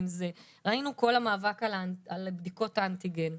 ראינו את כל המאבק על בדיקות האנטיגן.